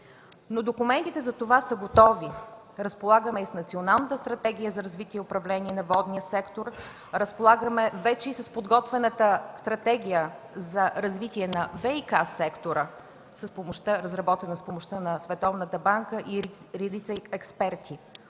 Документите за това са готови – разполагаме с Националната стратегия за развитие и управление на водния сектор, разполагаме вече и с подготвената Стратегия за развитие на ВиК сектора, разработена с помощта на Световната банка и редица експерти.